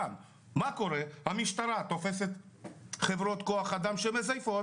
המשטרה תוספת חברות כוח אדם שמזייפות.